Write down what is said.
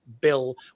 bill